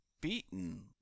beaten